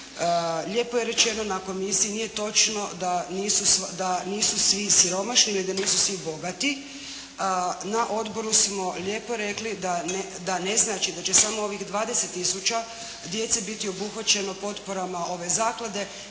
Lijepo je rečeno na komisiji, nije točno da nisu svi siromašni, nego nisu svi bogati. Na odboru smo lijepo rekli da ne znači da će samo ovih 20 tisuća djece biti obuhvaćeno potporama ove zaklade,